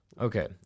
Okay